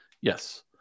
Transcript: yes